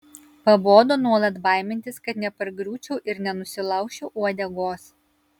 pabodo nuolat baimintis kad nepargriūčiau ir nenusilaužčiau uodegos